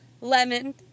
lemon